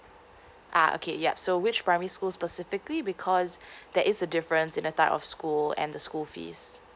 ah okay ya so which primary school specifically because there is a difference in the type of school and the school fees